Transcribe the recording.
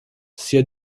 sia